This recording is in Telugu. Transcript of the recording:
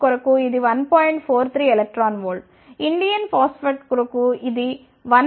43 eVInP కి ఇది 1